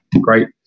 great